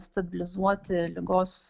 stabilizuoti ligos